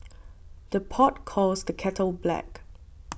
the pot calls the kettle black